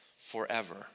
forever